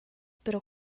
però